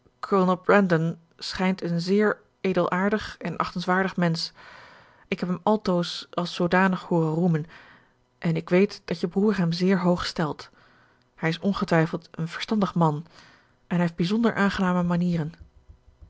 schijnt een zeer edelaardig en achtenswaardig mensch ik heb hem altoos als zoodanig hooren roemen en ik weet dat je broer hem zeer hoog stelt hij is ongetwijfeld een verstandig man en hij heeft bijzonder aangename manieren